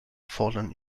fordern